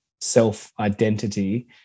self-identity